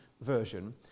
version